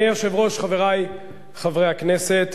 אדוני היושב-ראש, חברי חברי הכנסת,